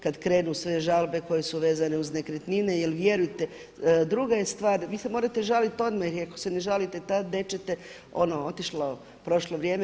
Kad krenu sve žalbe koje su vezane uz nekretnine, jer vjerujte, druga je stvar; vi se mora žaliti odmah jer ako se ne žalite tad nećete ono, otišlo, prošlo vrijeme.